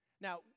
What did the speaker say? Now